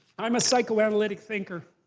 i'm a psychoanalytic thinker.